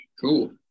cool